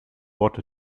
bought